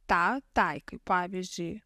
tą taikai pavyzdžiui